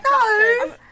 No